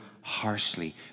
harshly